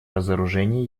разоружение